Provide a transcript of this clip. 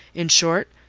in short,